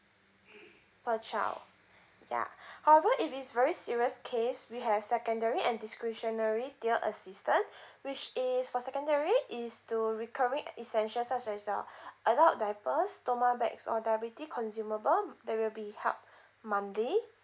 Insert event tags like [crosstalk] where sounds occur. per child yeah [breath] however if it's very serious case we have secondary and discretionary tier assistant [breath] which is for secondary is to recurring essential such as uh adult diaper stoma bags or diabetes consumable there will be help [breath] monthly